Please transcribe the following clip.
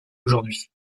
aujourd’hui